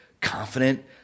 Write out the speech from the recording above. confident